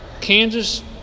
Kansas